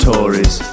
Tories